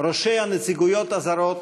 ראשי הנציגויות הזרות,